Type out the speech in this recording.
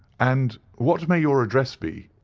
and what may your address be?